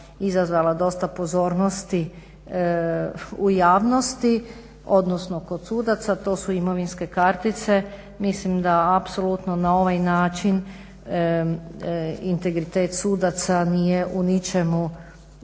izazvala dosta pozornosti u javnosti, odnosno kod sudaca to su imovinske kartice. Mislim da apsolutno na ovaj način integritet sudaca nije u ničemu